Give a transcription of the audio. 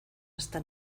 hasta